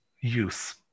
use